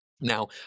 Now